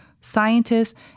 scientists